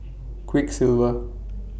Quiksilver